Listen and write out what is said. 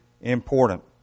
important